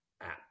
app